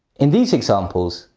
in these examples,